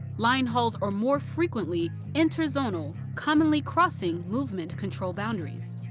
line hauls are more frequently interzonal, commonly crossing movement control boundaries.